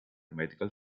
medical